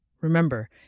Remember